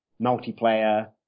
multiplayer